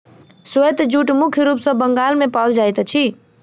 श्वेत जूट मुख्य रूप सॅ बंगाल मे पाओल जाइत अछि